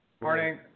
Morning